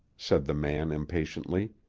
said the man impatiently.